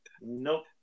Nope